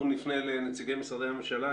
נפנה לנציגי משרדי הממשלה.